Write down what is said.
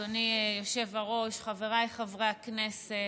אדוני היושב-ראש, חבריי חברי הכנסת,